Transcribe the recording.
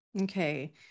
Okay